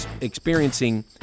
experiencing